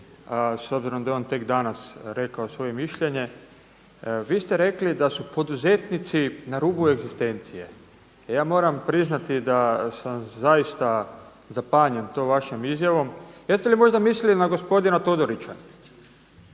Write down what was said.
s obzirom da je on tek danas rekao svoje mišljenje. Vi ste rekli da su poduzetnici na rubu egzistencije. A ja moram priznati da sam zaista zapanjen tom vašom izjavom. Jeste li možda mislili na gospodina Todorića?